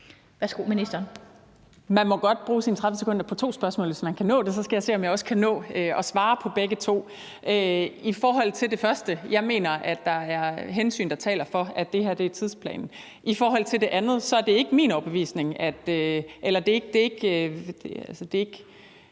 Halsboe-Jørgensen): Man må godt bruge sine 30 sekunder på to spørgsmål, hvis man kan nå det, og så skal jeg se, om jeg også kan nå at svare på begge to. I forhold til det første: Jeg mener, at der er hensyn, der taler for, at det her er tidsplanen. I forhold til det andet er det ikke min overbevisning, eller